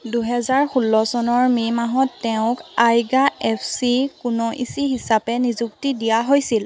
দুহেজাৰ ষোল্ল চনৰ মে' মাহত তেওঁক আইগা এফচি কুনইচি হিচাপে নিযুক্তি দিয়া হৈছিল